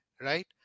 right